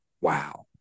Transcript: wow